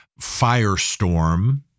firestorm